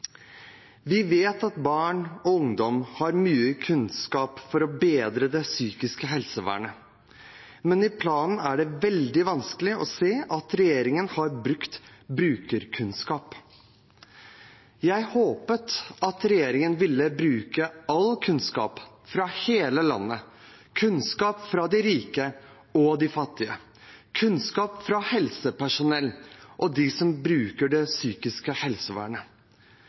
Vi vet at barn og ungdom har mye kunnskap for å bedre det psykiske helsevernet. Men i planen er det veldig vanskelig å se at regjeringen har brukt brukerkunnskap. Jeg håpte at regjeringen ville bruke all kunnskap fra hele landet, kunnskap fra de rike og de fattige, kunnskap fra helsepersonell og de som bruker det psykiske helsevernet.